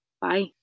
Bye